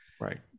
right